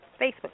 Facebook